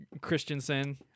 christiansen